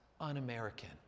un-American